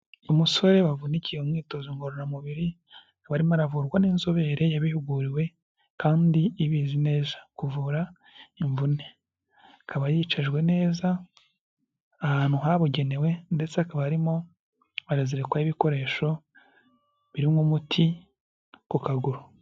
Umusore wavunikiye mu mwitozo ngororamubiri, akaba arimo aravurwa n'inzobere yabihuguriwe, kandi ibizi neza kuvura imvune, akaba yicajwe neza ahantu habugenewe, ndetse akaba arimo arazirikwaho ibikoresho birimo umuti ku kaguru.